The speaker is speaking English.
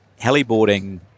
heliboarding